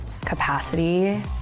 capacity